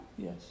Yes